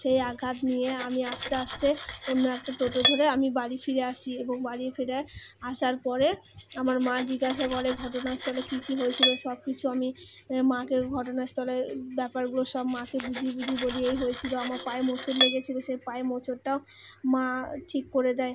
সেই আঘাত নিয়ে আমি আস্তে আস্তে অন্য একটা টোটো ধরে আমি বাড়ি ফিরে আসি এবং বাড়ি ফেরার আসার পরে আমার মা জিজ্ঞাসা করে ঘটনাস্থলে কী কী হয়েছিলো সব কিছু আমি মাকে ঘটনাস্থলের ব্যাপারগুলো সব মাকে বুঝিয়ে বুঝিয়ে বলি এই হয়েছিলো আমার পায়ে মোচড় লেগেছিলো সে পায়ে মোচড়টাও মা ঠিক করে দেয়